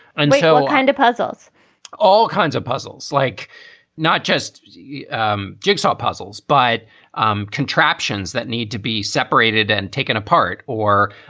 and so it kind of puzzles all kinds of puzzles, like not just um jigsaw puzzles, but um contraptions that need to be separated and taken apart or.